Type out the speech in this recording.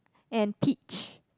and peach